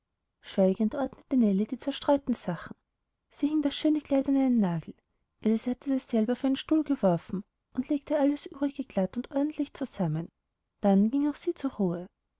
schweigend ordnete nellie die zerstreuten sachen sie hing das schöne kleid an einen nagel ilse hatte dasselbe auf einen stuhl geworfen und legte alles übrige glatt und ordentlich zusammen dann ging auch sie zur ruhe